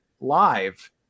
live